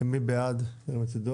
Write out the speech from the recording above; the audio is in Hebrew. מי בעד ההסתייגות?